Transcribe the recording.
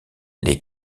les